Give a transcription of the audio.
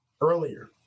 earlier